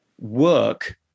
work